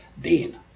Dean